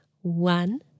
One